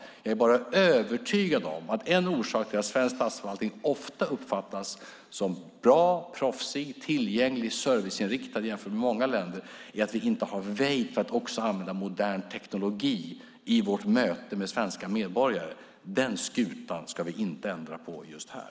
Jag är dock övertygad om att en orsak till att svensk statsförvaltning ofta uppfattas som bra, proffsig, tillgänglig och serviceinriktad jämfört med många länder är att vi inte har väjt för att också använda modern teknologi i vårt möte med svenska medborgare. Den skutan ska vi inte vända just här.